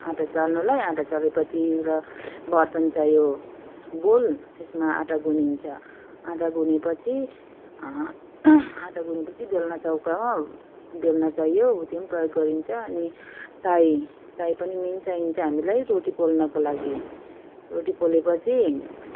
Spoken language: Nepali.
आटा चाल्नुलाई आटा चालेपछि एउटा बर्तन चाहियो बोल त्यसमा आटा गुनिन्छ आटा गुनेपछि आटा गुनेपछि बेलना चौकामा बेलना चाहियो त्यो नि प्रयोग गरिन्छ अनि ताई ताई पनि मेन चाहिन्छ हामीलाई रोटी पोल्नको लागि रोटी पोलेपछि